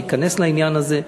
להיכנס לעניין הזה.